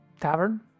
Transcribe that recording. tavern